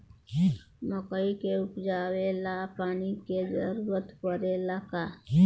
मकई के उपजाव ला पानी के जरूरत परेला का?